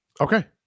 Okay